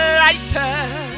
lighter